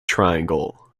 triangle